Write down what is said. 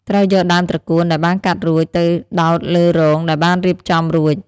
ត្រូវយកដើមត្រកួនដែលបានកាត់រួចទៅដោតលើរងដែលបានរៀបចំរួច។